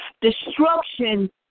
Destruction